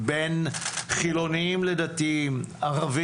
יש לנו נציג פה, נכון?